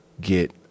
get